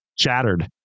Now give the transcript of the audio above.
shattered